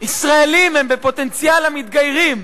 ישראלים הם בפוטנציאל המתגיירים.